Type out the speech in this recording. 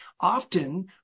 often